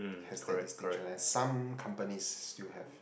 has that distinction and some company still have